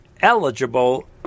eligible